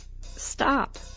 Stop